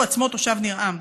הוא עצמו תושב ניר עם: